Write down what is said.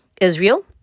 Israel